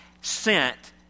sent